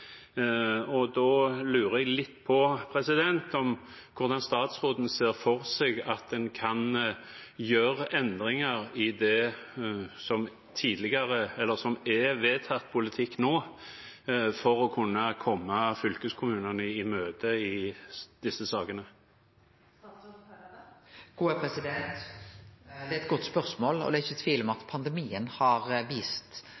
Da lurer jeg litt på hvordan statsråden ser for seg at en kan gjøre endringer i det som er vedtatt politikk nå, for å kunne komme fylkeskommunene i møte i disse sakene. Det er eit godt spørsmål. Det er ikkje tvil om at pandemien har vist